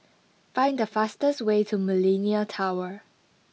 find the fastest way to Millenia Tower